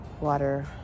water